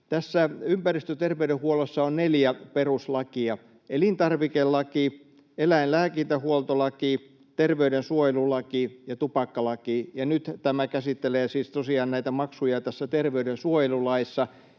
Ympäristöterveydenhuollossa on neljä peruslakia: elintarvikelaki, eläinlääkintähuoltolaki, terveydensuojelulaki ja tupakkalaki. Nyt tämä käsittelee siis tosiaan näitä maksuja tässä terveydensuojelulaissa,